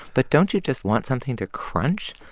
but don't you just want something to crunch?